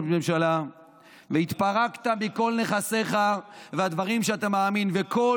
הממשלה והתפרקת מכל נכסיך והדברים שאתה מאמין בהם.